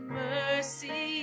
mercy